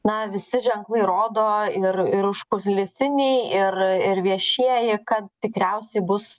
na visi ženklai rodo ir ir užkulisiniai ir ir viešieji kad tikriausiai bus